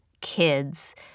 kids